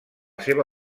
seva